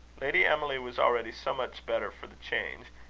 lady emily was already so much better for the change,